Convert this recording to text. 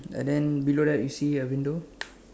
uh then below that you see a window